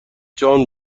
جان